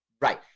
right